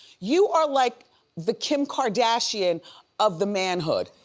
you are like the kim kardashians of the manhood,